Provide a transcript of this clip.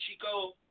Chico